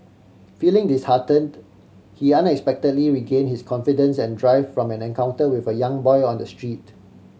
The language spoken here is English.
feeling disheartened he unexpectedly regain his confidence and drive from an encounter with a young boy on the street